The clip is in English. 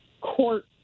court